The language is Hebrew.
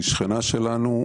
היא שכנה שלנו,